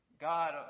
God